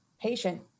patient